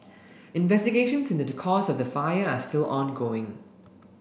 investigations into the cause of the fire are still ongoing